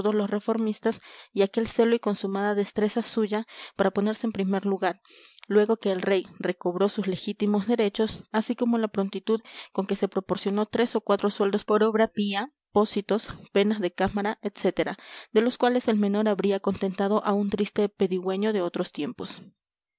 los reformistas y aquel celo y consumada destreza suya para ponerse en primer lugar luego que el rey recobró sus legítimos derechos así como la prontitud con que se proporcionó tres o cuatro sueldos por obra pía pósitos penas de cámara etc de los cuales el menor habría contentado a un triste pedigüeño de otros tiempos